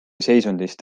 seisundist